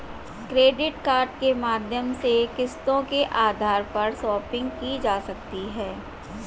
credit card के माध्यम से किस्तों के आधार पर शापिंग की जा सकती है